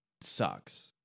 sucks